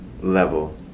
level